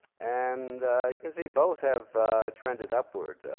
and you can see both have trended upward.